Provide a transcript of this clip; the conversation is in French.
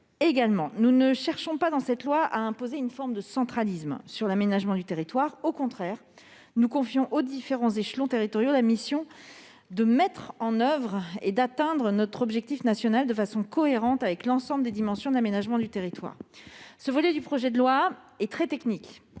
Gouvernement. Nous ne cherchons pas dans cette loi à imposer une forme de centralisme en matière d'aménagement du territoire. Au contraire, nous confions aux différents échelons territoriaux la mission de mettre en oeuvre et d'atteindre notre objectif national de façon cohérente, avec l'ensemble des dimensions de l'aménagement du territoire. Ce volet du projet de loi est très technique,